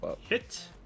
hit